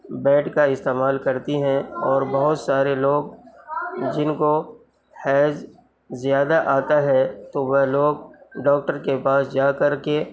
bed کا استعمال کرتی ہیں اور بہت سارے لوگ جن کو حیض زیادہ آتا ہے تو وہ لوگ ڈاکٹر کے پاس جا کر کے